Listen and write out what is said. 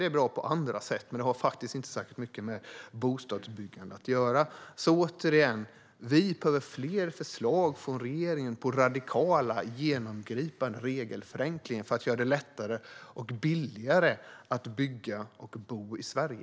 Det är bra på andra sätt, men det har faktiskt inte särskilt mycket med bostadsbyggande att göra. Jag vill återigen säga: Vi behöver fler förslag från regeringen på radikala och genomgripande regelförenklingar för att göra det lättare och billigare att bygga och bo i Sverige.